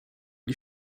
die